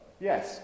Yes